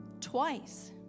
Twice